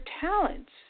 talents